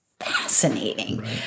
fascinating